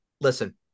Listen